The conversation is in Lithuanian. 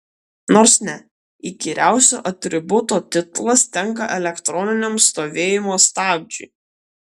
nors ne įkyriausio atributo titulas tenka elektroniniam stovėjimo stabdžiui